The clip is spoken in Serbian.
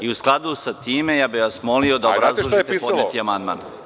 I u skladu sa time ja bih vas molimo da obrazložite podneti amandman.